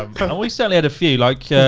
um kind of we certainly had a few, like,